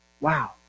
Wow